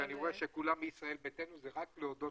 אם אני רואה שכולם מישראל ביתנו זה רק כדי להודות